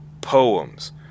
poems